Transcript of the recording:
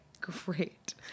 great